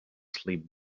sleep